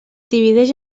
divideix